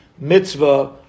Mitzvah